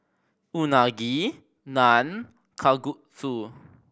Unagi Naan Kalguksu